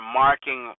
marking